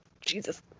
Jesus